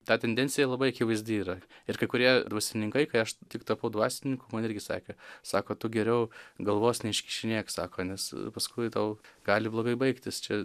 ta tendencija labai akivaizdi yra ir kai kurie dvasininkai kai aš tik tapau dvasininku man irgi sakė sako tu geriau galvos neiškišinėk sako nes paskui tau gali blogai baigtis čia